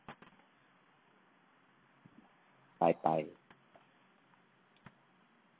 bye bye